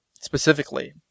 specifically